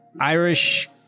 Irish